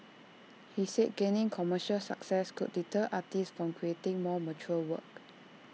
he said gaining commercial success could deter artists from creating more mature work